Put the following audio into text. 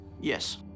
Yes